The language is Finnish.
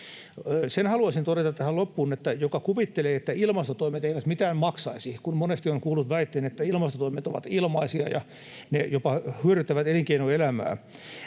Sen haluaisin todeta tähän loppuun, että jos kuvittelee, että ilmastotoimet eivät mitään maksaisi — kun monesti on kuullut väitteen, että ilmastotoimet ovat ilmaisia ja ne jopa hyödyttävät elinkeinoelämää